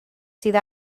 sydd